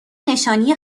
نشانی